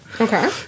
Okay